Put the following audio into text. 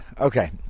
Okay